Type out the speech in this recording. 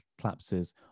collapses